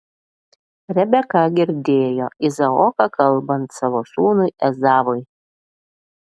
rebeka girdėjo izaoką kalbant savo sūnui ezavui